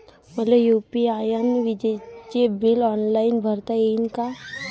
मले यू.पी.आय न विजेचे बिल ऑनलाईन भरता येईन का?